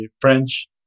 French